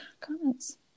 comments